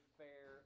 fair